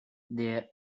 their